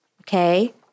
Okay